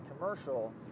commercial